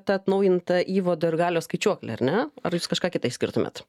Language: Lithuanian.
ta atnaujinta įvado ir galios skaičiuoklė ar ne ar jūs kažką kitą išskirtumėt